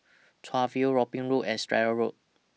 Chuan View Robin Road and Stratton Road